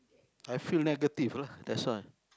I feel negative lah that's why